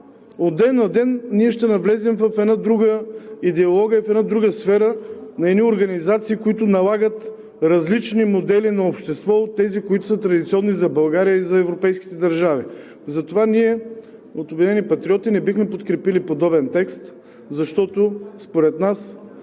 от ден на ден ние ще навлезем в една друга идеология, в една друга сфера на едни организации, които налагат различни модели в обществото, различни от тези, които са традиционни за България и за европейските държави. Затова от „Обединени патриоти“ не бихме подкрепили подобен текст, защото според нас